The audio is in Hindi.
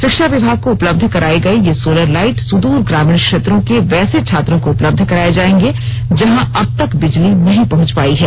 शिक्षा विमाग को उपलब्ध कराये गये ये सोलर लाइट सुद्र ग्रामीण क्षेत्रों के वैसे छात्रों को उपलब्ध कराये जायेंगे जहां अबतक बिजली नहीं पहुंच पायी है